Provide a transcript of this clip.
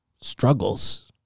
struggles